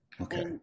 okay